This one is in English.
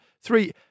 Three